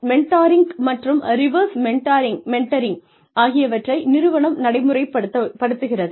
mentoring மற்றும் reverse mentoring ஆகியவற்றை நிறுவனம் நடைமுறைப்படுத்துகிறது